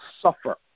suffer